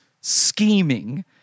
scheming